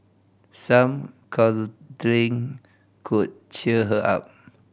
some cuddling could cheer her up